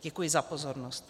Děkuji za pozornost.